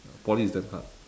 poly is damn hard